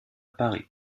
paris